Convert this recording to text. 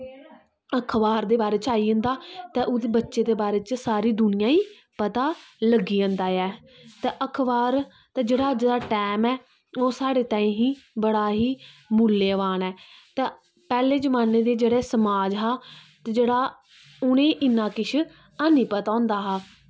अखबार दे बारे च आई जंदा ते उस बच्चे दे बारे च सारी दुनियां गी पता लग्गी जंदा ऐ ते अखबार ते जेह्ड़ा अज्ज दा टाइम ऐ ओह् साढ़े ताईं ही बड़ा ही मुल्यवान ऐ ते पैह्ले जमान्ने दा जेह्ड़े समाज हा ते जेह्ड़ा उ'नेंगी इन्ना किश हैनी पता होंदा हा